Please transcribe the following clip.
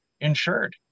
insured